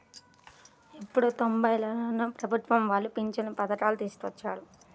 ఎప్పుడో తొంబైలలోనే ప్రభుత్వం వాళ్ళు పింఛను పథకాన్ని తీసుకొచ్చారు